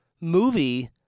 movie